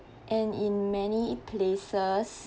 and in many places